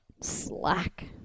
slack